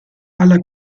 alla